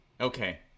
okay